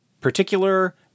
particular